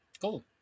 Cool